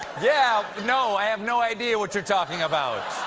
yeah. no. i have no idea what you're talking about.